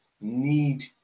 need